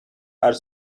are